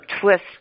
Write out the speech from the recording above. twist